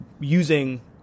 using